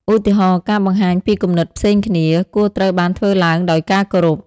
ឧទាហរណ៍ ការបង្ហាញពីគំនិតផ្សេងគ្នា គួរត្រូវបានធ្វើឡើងដោយការគោរព ។